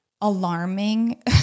alarming